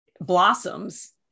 blossoms